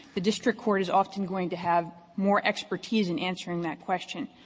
the district court is often going to have more expertise in answering that question.